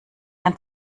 ein